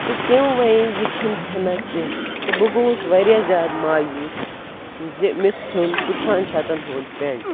تہٕ تٔمۍ وَنے یہِ چھَنہٕ ژھٮ۪نان کیٚنٛہہ تہٕ بہٕ گوٚوُس واریاہ زیادٕ مایوٗس زِ مےٚ ژھیوٚن پٕژہن شَتَن ہُنٛد پٮ۪نٛٹ